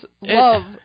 love